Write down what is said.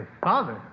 father